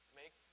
make